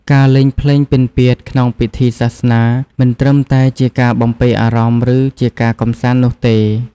ការលេងភ្លេងពិណពាទ្យក្នុងពិធីសាសនាមិនត្រឹមតែជាការបំពេរអារម្មណ៍ ឬជាការកម្សាន្តនោះទេ។